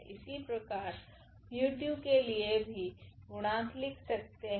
इसी प्रकार हम 𝜇2 के लिए भी गुणांक लिख सकते है